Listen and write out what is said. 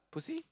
pussy